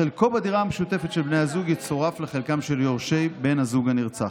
חלקו בדירה המשותפת של בן הזוג יצורף לחלקם של יורשי בן הזוג הנרצח.